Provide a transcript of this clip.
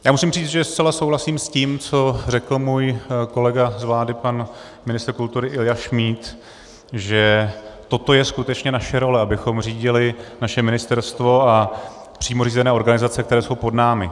Já musím říct, že zcela souhlasím s tím, co řekl můj kolega z vlády pan ministr kultury Ilja Šmíd, že toto je skutečně naše role, abychom řídili naše ministerstvo a přímo řízené organizace, které jsou pod námi.